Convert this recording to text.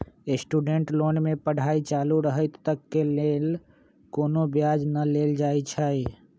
student loan में पढ़ाई चालू रहइत तक के लेल कोनो ब्याज न लेल जाइ छइ